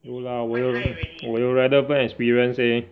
有 lah 我有我有 rather bad experience eh